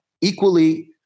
equally